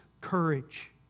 courage